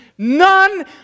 None